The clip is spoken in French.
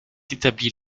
établie